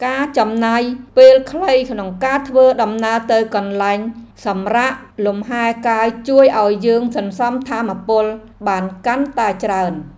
ការចំណាយពេលខ្លីក្នុងការធ្វើដំណើរទៅកន្លែងសម្រាកលំហែកាយជួយឱ្យយើងសន្សំថាមពលបានកាន់តែច្រើន។